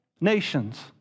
nations